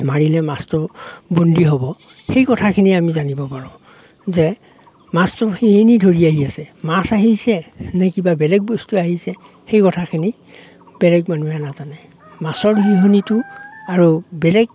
মাৰিলে মাছটো বন্দী হ'ব সেই কথাখিনি আমি জানিব পাৰোঁ যে মাছটো সি এনেই ধৰি আহি আছে মাছ আহিছে নে কিবা বেলেগ বস্তু আহিছে সেই কথাখিনি বেলেগ মানুহে নাজানে মাছৰ আৰু বেলেগ